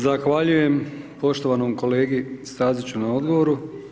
Zahvaljujem poštovanom kolegi Staziću na odgovoru.